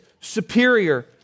superior